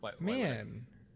man